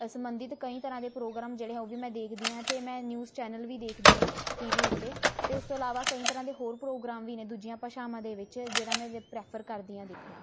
ਅ ਸਬੰਧਿਤ ਕਈ ਤਰ੍ਹਾਂ ਦੇ ਪ੍ਰੋਗਰਾਮ ਜਿਹੜੇ ਉਹ ਵੀ ਮੈਂ ਦੇਖਦੀ ਹਾਂ ਅਤੇ ਮੈਂ ਨਿਊਜ਼ ਚੈਨਲ ਵੀ ਦੇਖਦੀ ਹਾਂ ਟੀ ਵੀ ਉੱਤੇ ਅਤੇ ਉਸ ਤੋਂ ਇਲਾਵਾ ਕਈ ਤਰ੍ਹਾਂ ਦੇ ਹੋਰ ਪ੍ਰੋਗਰਾਮ ਵੀ ਨੇ ਦੂਜੀਆਂ ਭਾਸ਼ਾਵਾਂ ਦੇ ਵਿੱਚ ਜਿਹੜਾ ਮੈਂ ਇਹਦੇ ਪ੍ਰੈਫਰ ਕਰਦੀ ਹਾਂ ਦੇਖਣਾ